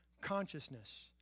consciousness